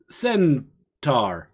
centaur